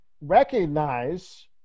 recognize